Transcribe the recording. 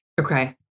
Okay